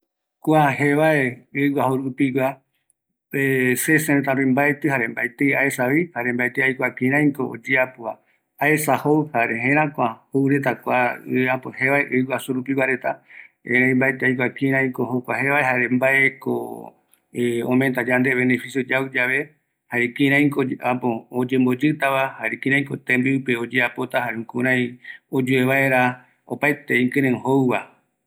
Kua jevae ɨ guaju rupigua, mbaetɨi aesa, jare aikuavi, aikua kïräiko oyaporeta, erei aendu joureta, kuako ɨ guaju rupigua jevae, aikuaa oimeko ome yandeve yanderete ömomïrata vaera